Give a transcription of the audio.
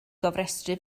gofrestru